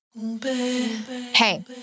Hey